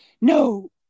no